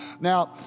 Now